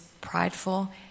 prideful